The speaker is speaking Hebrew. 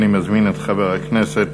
אני מזמין את חבר הכנסת